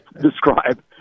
describe